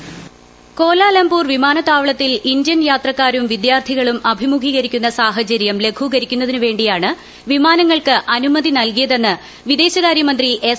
voice Kuala Lumpur വിമാനത്താവളത്തിൽ Indian യാത്രക്കാരും വിദ്യാർത്ഥികളും അഭിമുഖീകരിക്കുന്ന ലഘൂകരിക്കുന്നതിനുവേിയാണ് വിമാനങ്ങൾക്ക് അനുമതി നൽകിയതെന്ന് വിദേശകാര്യ മന്ത്രി എസ്